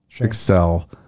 Excel